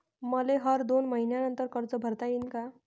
मले हर दोन मयीन्यानंतर कर्ज भरता येईन का?